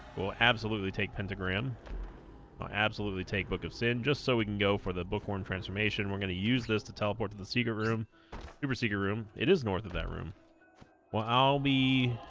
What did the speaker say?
will absolutely take pentagram absolutely take book of sin just so we can go for the bookworm transformation we're gonna use this to teleport to the secret room super secret room it is north of that room well i'll be